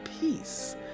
peace